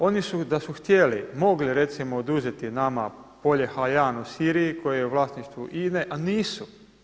Oni su da su htjeli mogli recimo oduzeti nama polje Hajan u Siriji koji je u vlasništvu INA-e a nisu.